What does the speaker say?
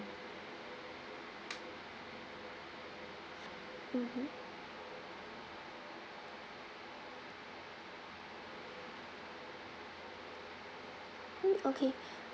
mmhmm mm okay